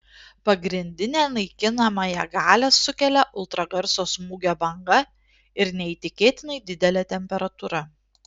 pagrindinę naikinamąją galią sukelia ultragarso smūgio banga ir neįtikėtinai didelė temperatūra